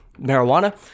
marijuana